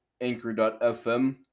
anchor.fm